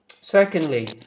Secondly